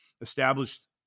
established